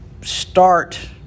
start